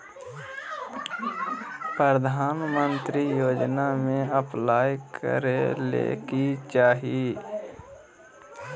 प्रधानमंत्री योजना में अप्लाई करें ले की चाही?